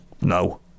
no